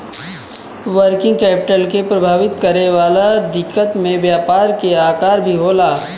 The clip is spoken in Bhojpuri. वर्किंग कैपिटल के प्रभावित करे वाला दिकत में व्यापार के आकर भी होला